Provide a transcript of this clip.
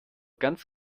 ganz